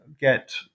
get